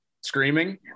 screaming